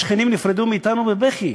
השכנים נפרדו מאתנו בבכי.